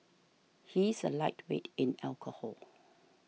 he is a lightweight in alcohol